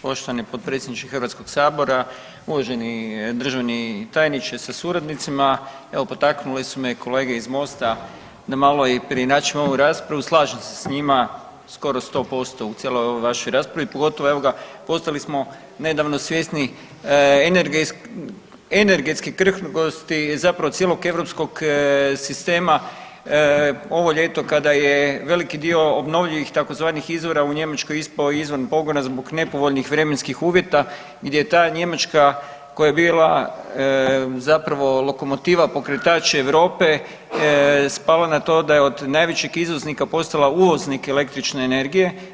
Poštovani potpredsjedniče Hrvatskog sabora, uvaženi državni tajniče sa suradnicima, evo potaknuli su me kolege iz MOST-a da malo i preinačim ovu raspravu, slažem se s njima skoro 100% u cijeloj ovoj vašoj raspravi pogotovo evo ga postali smo nedavno svjesni energetske krhkosti zapravo cijelog europskog sistema ovo ljeto kada je veliki dio obnovljivih tzv. izvora u Njemačkoj ispao izvan pogona zbog nepovoljnih vremenskih uvjeta gdje je ta Njemačka koja je bila zapravo lokomotiva, pokretač Europe spala na to da je od najvećeg izvoznika postala uvoznik električne energije.